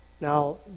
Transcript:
Now